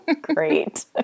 Great